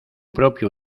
propio